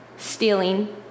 Stealing